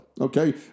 Okay